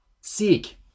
seek